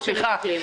יוצא.